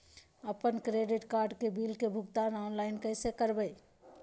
अपन credit card के bill के भुगतान ऑनलाइन कैसे करबैय?